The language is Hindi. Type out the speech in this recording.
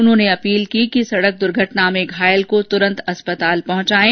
उन्होंने अपील की कि सड़क द्र्घटना में घायल को तुरंत अस्पताल पहुंचायें